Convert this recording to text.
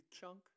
chunk